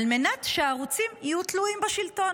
על מנת שהערוצים יהיו תלויים בשלטון.